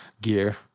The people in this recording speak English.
gear